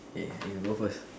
okay you go first